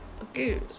Okay